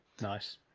Nice